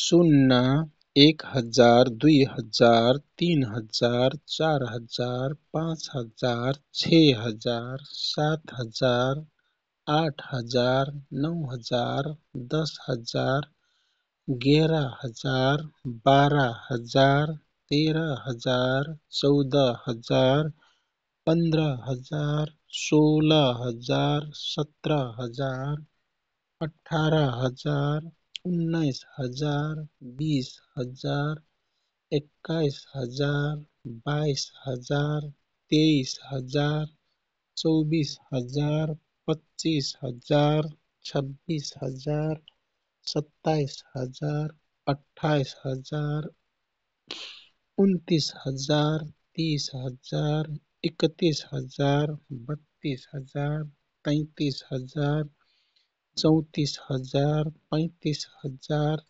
शुन्ना, एक हजार, दुइ हजार, तीन हजार, चार हजार, पाँच हजार, छे हजार, सात हजार, आठ हजार, नौ हजार, दश हजार, गेर हजार, बार हजार, तेर हजार, चौद हजार, पन्द्र हजार, सोल हजार, सत्र हजार, अठार हजार, उन्नाइस हजार, बीस हजार, एककाइस हजार, बाइस हजार, तेइस हजार, चौबिस हजार, पच्चिस हजार, छब्बीस हजार, सत्ताइ हजार, अठ्ठाइस हजार, उनतीस हजार, तीस हजार, एकतीस हजार, बत्तिस हजार, तैतिस हजार, चौतिस हजार, पैतिस हजार,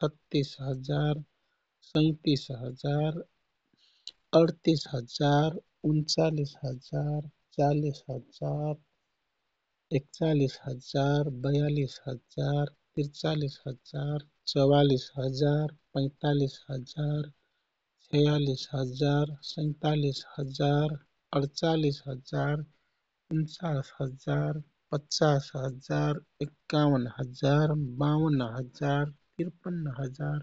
छत्तीस हजार, सैतिस हजार, अडतिस हजार, उन्चालिस हजार, चालिस हजार, एकचालिस हजार, बयालिस हजार, तिरचालिस हजार, चवालिस हजार, पैतालिस हजार, छियालिस हजार, सैँतालिस हजार, अडचालिस हजार, उन्चास हजार, पचास हजार, एकयावन हजार, बावन्न हजार, तिरपन्न हजार।